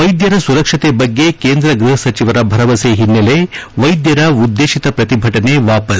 ವೈದ್ಯರ ಸುರಕ್ಷತೆ ಬಗ್ಗೆ ಕೇಂದ್ರ ಗೃಹ ಸಚಿವರ ಭರವಸೆ ಹಿನ್ನೆಲೆ ವೈದ್ಯರ ಉದ್ವೇಶಿತ ಪ್ರತಿಭಟನೆ ವಾಪಸ್